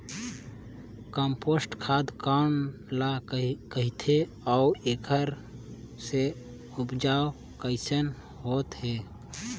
Compost खाद कौन ल कहिथे अउ एखर से उपजाऊ कैसन होत हे?